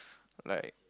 like